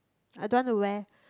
I don't want to wear